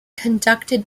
conducted